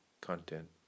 content